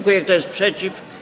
Kto jest przeciw?